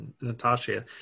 Natasha